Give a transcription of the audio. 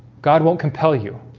god won't compel you